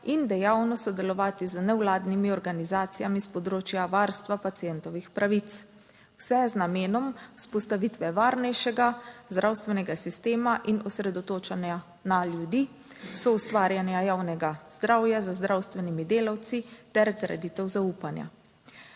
in dejavno sodelovati z nevladnimi organizacijami s področja varstva pacientovih pravic, vse z namenom vzpostavitve varnejšega zdravstvenega sistema in osredotočanja na ljudi, soustvarjanja javnega zdravja z zdravstvenimi delavci ter graditev zaupanja.